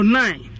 nine